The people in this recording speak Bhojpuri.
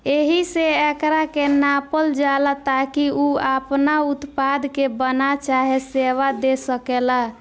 एहिसे एकरा के नापल जाला ताकि उ आपना उत्पाद के बना चाहे सेवा दे सकेला